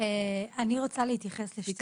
אני רוצה להתייחס לשתי